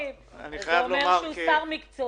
אני חייב לומר --- זה אומר שהוא שר מקצועי,